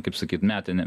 kaip sakyt metinė